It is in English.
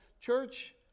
church